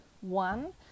one